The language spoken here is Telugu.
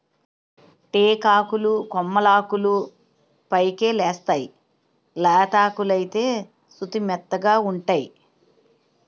టేకాకులు కొమ్మలాకులు పైకెలేస్తేయ్ లేతాకులైతే సుతిమెత్తగావుంటై